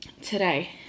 today